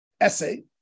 essay